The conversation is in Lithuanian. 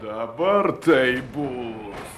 dabar tai bus